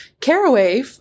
Caraway